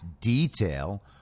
detail